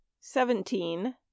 Seventeen